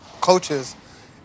coaches